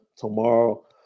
tomorrow